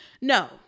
no